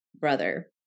brother